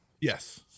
Yes